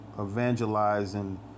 evangelizing